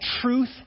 truth